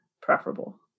preferable